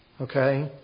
okay